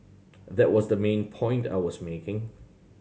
that was the main point that I was making